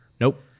Nope